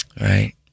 Right